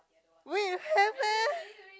wait you have meh